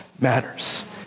matters